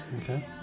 Okay